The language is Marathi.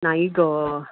नाही गं